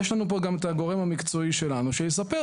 יש לנו פה גם את הגורם המקצועי שלנו, שיספר.